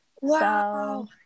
Wow